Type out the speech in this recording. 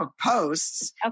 posts